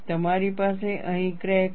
મારી પાસે અહીં ક્રેક છે